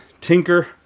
Tinker